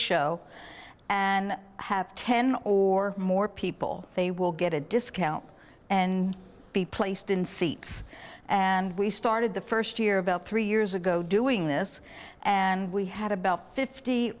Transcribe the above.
show and have ten or more people they will get a discount and be placed in seats and we started the first year about three years ago doing this and we had about fifty